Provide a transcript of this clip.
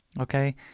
okay